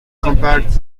compared